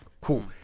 cool